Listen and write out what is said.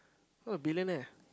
oh billionaire